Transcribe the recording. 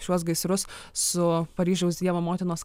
šiuos gaisrus su paryžiaus dievo motinos